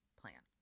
plan